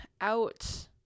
out